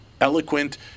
eloquent